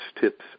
tips